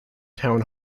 town